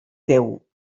teu